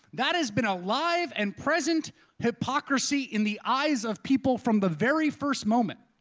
that has been a live and present hypocrisy in the eyes of people from the very first moment.